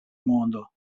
mondo